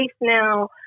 now